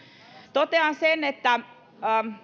totean sen että